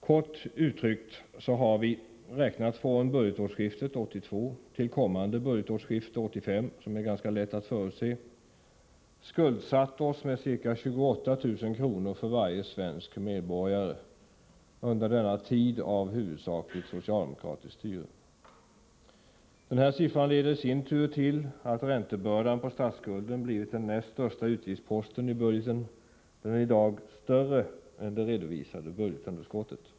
Kort uttryckt har vi räknat från budgetårsskiftet 1982 till kommande budgetårsskifte 1985, som är ganska lätt att förutse, skuldsatt oss med ca 28 000 kr. för varje svensk medborgare. Under denna tid har det i huvudsak varit socialdemokratiskt styre. Denna siffra har i sin tur lett till att räntebördan på statsskulden blivit den näst största utgiftsposten i budgeten. Den är i dag större än det redovisade budgetunderskottet.